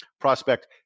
prospect